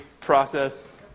process